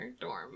dorm